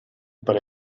para